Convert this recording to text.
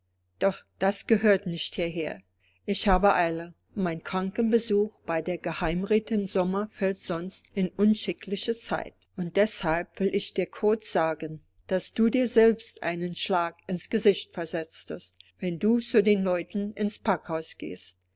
doch das gehört nicht hierher ich habe eile mein krankenbesuch bei der geheimrätin sommer fällt sonst in unschickliche zeit und deshalb will ich dir kurz sagen daß du dir selbst einen schlag ins gesicht versetzest wenn du zu den leuten ins packhaus gehst